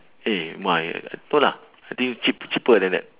eh my no lah I think is cheap cheaper than that